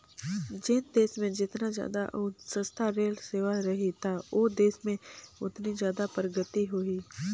जेन देस मे जेतना जादा अउ सस्ता रेल सेवा रही त ओ देस में ओतनी जादा परगति होही